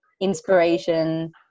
inspiration